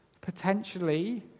potentially